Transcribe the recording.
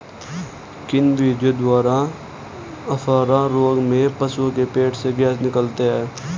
किन विधियों द्वारा अफारा रोग में पशुओं के पेट से गैस निकालते हैं?